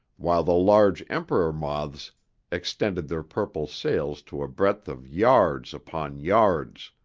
while the larger emperor moths extended their purple sails to a breadth of yards upon yards.